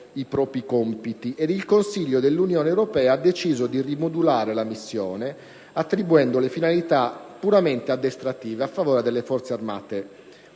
Il Consiglio dell'Unione europea ha deciso pertanto di rimodulare la missione, attribuendole finalità puramente addestrative a favore delle Forze armate bosniache.